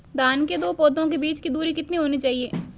धान के दो पौधों के बीच की दूरी कितनी होनी चाहिए?